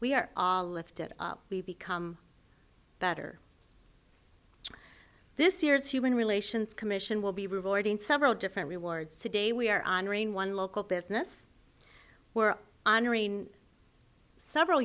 we are all lifted up we become better this year's human relations commission will be reporting several different rewards today we are honoring one local business we're honoring several